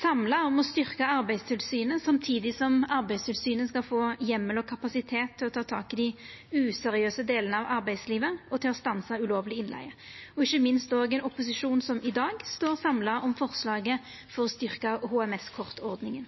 samla om å styrkja Arbeidstilsynet samtidig som Arbeidstilsynet skal få heimel og kapasitet til å ta tak i dei useriøse delane av arbeidslivet og til å stansa ulovleg innleige, og ikkje minst ein opposisjon som i dag står samla om forslaget for å